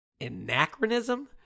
Anachronism